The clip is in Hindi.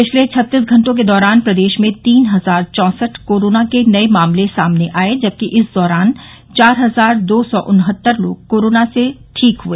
पिछले छत्तीस छत्तीस के दौरान प्रदेश में तीन हजार चौसठ कोरोना के नये मामले सामने आये जबकि इस दौरान चार हजार दो सौ उन्हत्तर लोग कोरोना से ठीक हुए